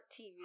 TV